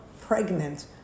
pregnant